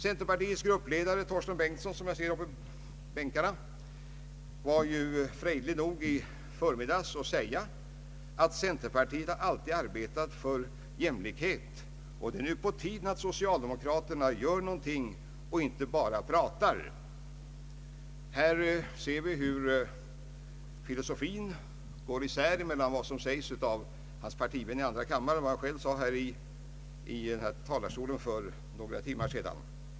Centerpartiets gruppledare, herr Torsten Bengtson, var under förmiddagen frejdig nog att säga att centerpartiet alltid arbetat för jämlikhet och att det nu är på tiden att socialdemokraterna gör någonting och inte bara pratar. Här märker vi skillnaden mellan vad hans partivän i andra kammaren sade och vad han själv yttrade här i talarstolen för några timmar sedan.